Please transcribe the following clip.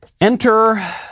Enter